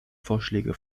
vorschläge